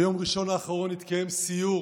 ביום ראשון האחרון התקיים סיור